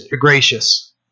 gracious